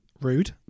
Rude